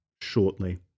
shortly